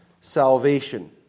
salvation